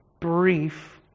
brief